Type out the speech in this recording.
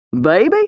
Baby